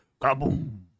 Kaboom